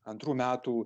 antrų metų